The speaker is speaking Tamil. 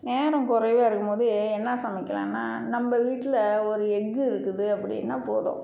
நேரம் குறைவா இருக்கும் போது என்னா சமைக்கலாம்னா நம்ம வீட்டில ஒரு எக் இருக்குது அப்படின்னா போதும்